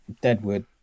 Deadwood